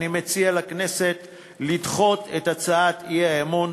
אני מציע לכנסת לדחות את הצעות האי-אמון.